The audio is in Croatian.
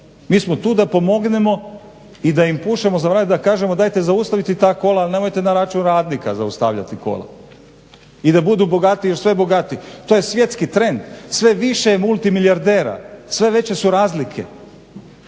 mi smo tu da pomognemo i da im pušemo za vrat i da kažemo dajte zaustavite ta kola ali nemojte na račun radnika zaustavljati kola i da budu bogatiji uz sve bogatije. To je svjetski trend, sve je više multimilijardera, sve veće su razlike.